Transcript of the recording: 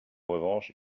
revanche